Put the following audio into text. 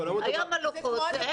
היום אלה